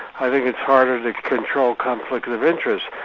i think it's harder to control conflict with interest,